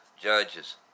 Judges